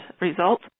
result